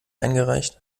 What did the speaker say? eingereicht